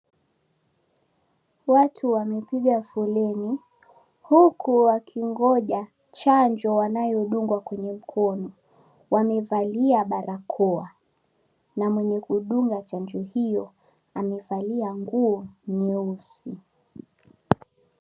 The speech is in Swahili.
Watu wamekuja fuleni, huku wakingoja chanjo wanayodungwa kwenye mkono. Wamevalia barakoa na mwenye kudunga chanjo hiyo amevalia nguo nyeusi.